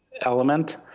element